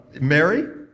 Mary